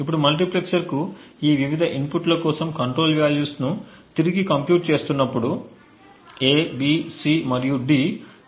ఇప్పుడు మల్టీప్లెక్సర్కు ఈ వివిధ ఇన్పుట్ల కోసం కంట్రోల్ వాల్యూస్ ను తిరిగి కంప్యూట్ చేస్తున్నప్పుడు A B C మరియు D ఇప్పటికీ 0